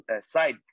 side